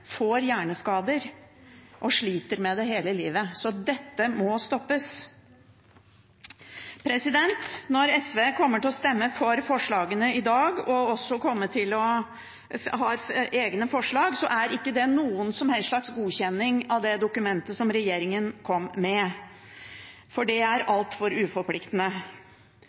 får hjerneskader og sliter med det hele livet. Så dette må stoppes. Når SV kommer til å stemme for forslagene i dag og også har egne forslag, er ikke det noen som helst slags godkjenning av det dokumentet som regjeringen kom med, for det er altfor uforpliktende.